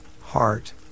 heart